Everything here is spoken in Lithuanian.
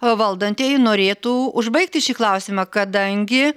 o valdantieji norėtų užbaigti šį klausimą kadangi